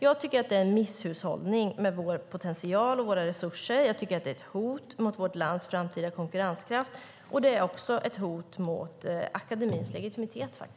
Jag tycker att det är en misshushållning med vår potential och med våra resurser. Jag tycker att det är ett hot mot vårt lands framtida konkurrenskraft. Det är faktiskt också ett hot mot akademins legitimitet.